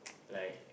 like